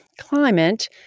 climate